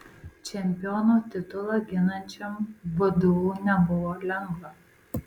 čempiono titulą ginančiam vdu nebuvo lengva